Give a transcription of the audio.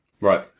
Right